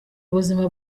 ubuzima